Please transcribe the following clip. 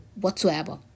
whatsoever